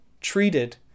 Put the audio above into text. treated